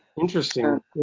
interesting